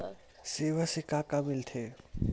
सेवा से का का मिलथे?